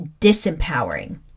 disempowering